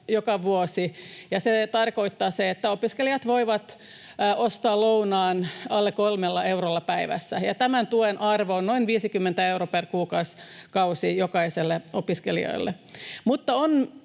joka vuosi, ja se tarkoittaa sitä, että opiskelijat voivat ostaa lounaan alle kolmella eurolla päivässä, ja tämän tuen arvo on noin 50 euroa per kuukausi jokaiselle opiskelijalle.